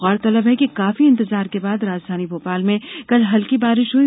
गौरतलब है कि काफी इंतजार के बाद राजधानी भोपाल में कल हल्की बारिश हुई